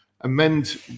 amend